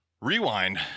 Rewind